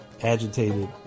agitated